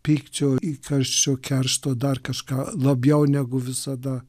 pykčio įkarščio keršto dar kažką labiau negu visada